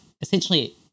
essentially